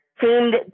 seemed